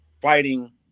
fighting